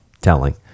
telling